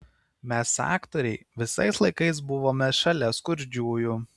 mes aktoriai visais laikais buvome šalia skurdžiųjų